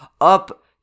up